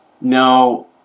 No